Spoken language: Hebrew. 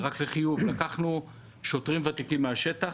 לקחנו שוטרים ותיקים מהשטח,